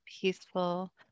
peaceful